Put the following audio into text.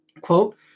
Quote